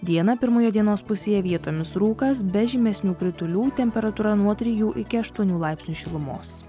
dieną pirmoje dienos pusėje vietomis rūkas be žymesnių kritulių temperatūra nuo trijų iki aštuonių laipsnių šilumos